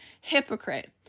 Hypocrite